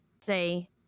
Say